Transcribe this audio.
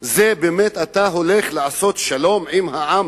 זה באמת שאתה הולך לעשות שלום עם העם